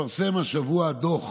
התפרסם השבוע דוח